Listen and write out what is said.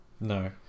No